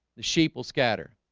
the sheep will scatter.